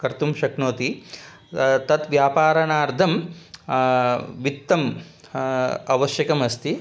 कर्तुं शक्नोति तत् व्यापारनार्थं वित्तं आवश्यकमस्ति